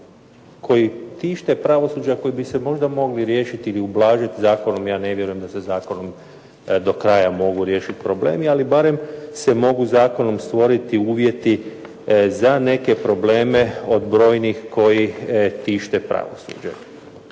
koji tište pravosuđe, a koji bi se možda mogli riješiti ili ublažiti zakonom, ja ne vjerujem da se zakonom do kraja mogu riješiti problemi, ali barem se mogu zakonom stvoriti uvjeti za neke probleme od brojnih koji tište pravosuđe.